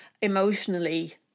emotionally